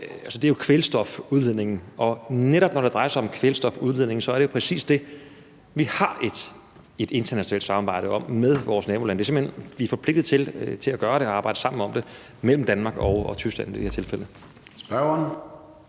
det er jo altså kvælstofudledningen. Og netop når det drejer sig om kvælstofudledning, er det præcis det, vi har et internationalt samarbejde om med vores nabolande. Vi er simpelt hen forpligtet til at gøre det og arbejde sammen, i det her tilfælde Danmark og Tyskland, om det. Kl. 13:41